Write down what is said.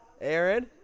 Aaron